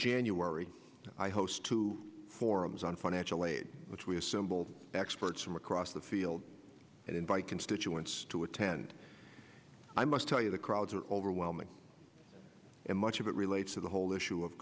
january i host two forums on financial aid which we assemble experts from across the field and invite constituents to attend i must tell you the crowds are overwhelming and much of it relates to the whole issue of